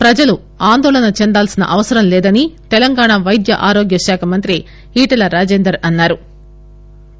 ప్రజలు ఆందోళన చెందాల్సిన అవసరం లేదనీ తెలంగాణ పైద్య ఆరోగ్య శాఖ మంత్రి ఈటల రాజేందర్ అన్నా రు